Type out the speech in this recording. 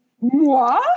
moi